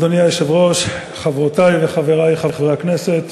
אדוני היושב-ראש, חברותי וחברי חברי הכנסת,